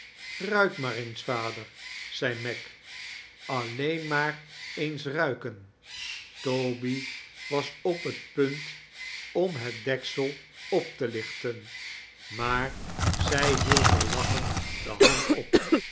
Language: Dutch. ruik maar eens vader zei meg alleen maar eens ruiken toby was op het punt om het deksel op te lichten maar zij hield er lachend de hand op